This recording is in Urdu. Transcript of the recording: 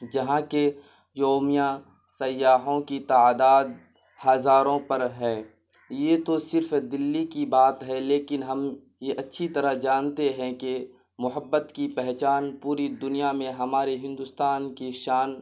جہاں کے یومیہ سیاحوں کی تعداد ہزاروں پر ہے یہ تو صرف دہلی کی بات ہے لیکن ہم یہ اچھی طرح جانتے ہیں کہ محبت کی پہچان پوری دنیا میں ہمارے ہندوستان کی شان